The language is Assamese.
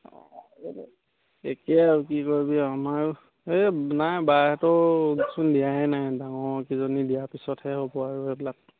হ'ব দে একেই আৰু কি কৰিবি আৰু আমাৰ এই নাই বাঁহতকচোন দিয়াই নাই ডাঙৰকেইজনীক দিয়াৰ পিছতহে হ'ব আৰু এইবিলাক